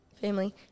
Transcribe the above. family